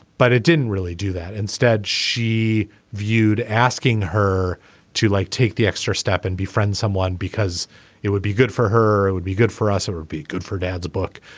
but it didn't really do that. instead she viewed asking her to like take the extra step and befriend someone because it would be good for her. it would be good for us it would be good for dad's book.